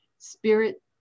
Spirit